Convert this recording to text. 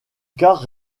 quart